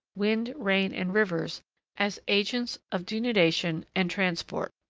wind, rain, and rivers as agents of denudation and transport.